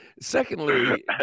secondly